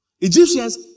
Egyptians